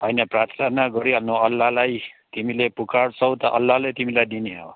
होइन प्रार्थना गरिहाल्नु अल्लाहलाई तिमीले पुकार्छौ त अल्लाहले तिमीलाई दिने हो